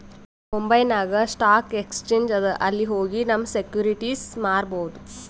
ಮುಂಬೈನಾಗ್ stock exchange ಅದಾ ಅಲ್ಲಿ ಹೋಗಿ ನಮ್ ಸೆಕ್ಯೂರಿಟಿಸ್ ಮಾರ್ಬೊದ್